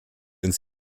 uns